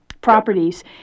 properties